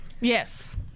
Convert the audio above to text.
yes